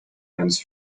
hands